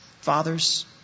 fathers